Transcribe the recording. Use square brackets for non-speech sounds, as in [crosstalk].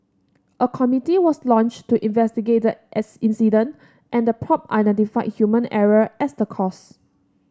a committee was launched to investigate the as incident and the [unintelligible] identified human error as the cause